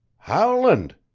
howland!